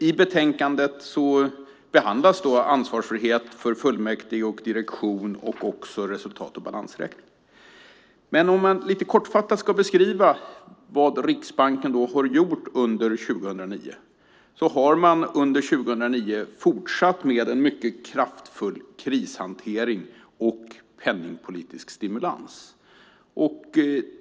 I betänkandet behandlas ansvarsfrihet för fullmäktige och direktion och också resultat och balansräkning. Om jag lite kortfattat ska beskriva vad Riksbanken har gjort under 2009 kan jag säga att man har fortsatt med en mycket kraftfull krishantering och penningpolitisk stimulans.